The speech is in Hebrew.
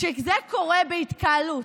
כשזה קורה בהתקהלות,